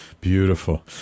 Beautiful